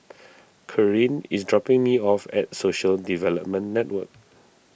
Corrine is dropping me off at Social Development Network